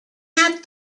had